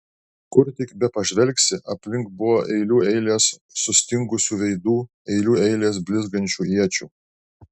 kur tik bepažvelgsi aplink buvo eilių eilės sustingusių veidų eilių eilės blizgančių iečių